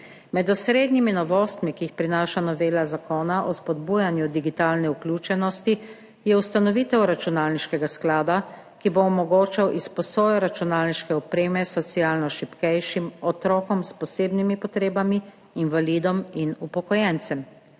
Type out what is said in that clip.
Med osrednjimi novostmi, ki jih prinaša novela zakona o spodbujanju digitalne vključenosti, je ustanovitev računalniškega sklada, ki bo omogočal izposojo računalniške opreme socialno šibkejšim, otrokom s posebnimi potrebami, invalidom in upokojencem.